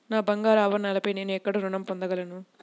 నా బంగారు ఆభరణాలపై నేను ఎక్కడ రుణం పొందగలను?